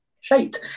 shite